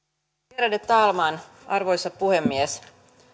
värderade talman arvoisa puhemies